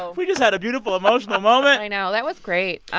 we just had a beautiful, emotional moment i know. that was great.